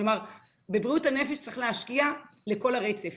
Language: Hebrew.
בבריאות הנפש צריך להשקיע לכל הרצף,